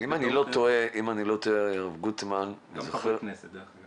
-- אם אני לא טועה --- גם חברי כנסת מקבלים טלפון כזה.